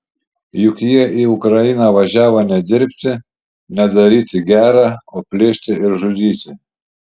juk jie į ukrainą važiavo ne dirbti ne daryti gera o plėšti ir žudyti